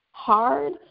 hard